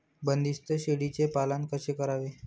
बंदिस्त शेळीचे पालन कसे करावे?